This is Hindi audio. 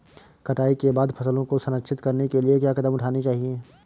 कटाई के बाद फसलों को संरक्षित करने के लिए क्या कदम उठाने चाहिए?